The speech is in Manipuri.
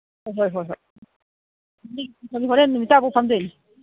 ꯍꯣꯏ ꯍꯣꯏ ꯍꯣꯏ ꯍꯣꯔꯦꯟ ꯅꯨꯃꯤꯠꯇꯥꯐꯥꯎ ꯐꯝꯗꯣꯏꯅꯤ